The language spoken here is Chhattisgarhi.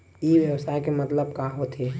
ई व्यवसाय के मतलब का होथे?